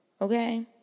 okay